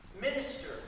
minister